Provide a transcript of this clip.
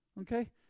Okay